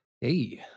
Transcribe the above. hey